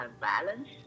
balance